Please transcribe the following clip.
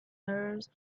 hers